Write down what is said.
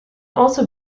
also